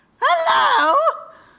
Hello